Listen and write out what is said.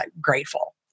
grateful